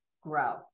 grow